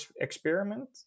experiment